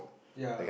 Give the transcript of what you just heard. ya